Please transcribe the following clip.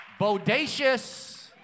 bodacious